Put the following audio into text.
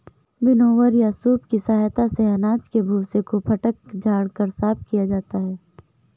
winnower या सूप की सहायता से अनाज के भूसे को फटक झाड़ कर साफ किया जाता है